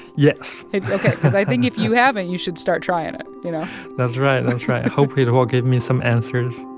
yes because i think if you haven't, you should start trying it, you know that's right. that's right. hopefully, it will give me some answers